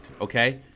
okay